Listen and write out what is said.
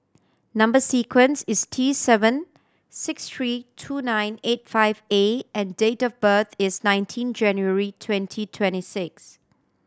number sequence is T seven six three two nine eight five A and date of birth is nineteen January twenty twenty six